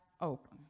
open